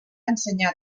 ensenyar